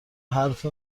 حرف